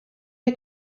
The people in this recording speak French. est